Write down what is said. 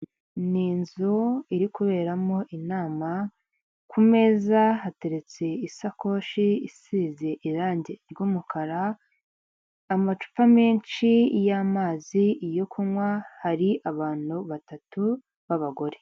N' inzu iri kuberamo inama ku meza, hateretse isakoshi isize irangi ry'umukara ,amacupa menshi y'amazi iyo kunywa ,hari abantu batatu b'abagore.